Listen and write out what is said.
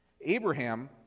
Abraham